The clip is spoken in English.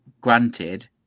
granted